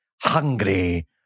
hungry